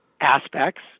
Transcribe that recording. aspects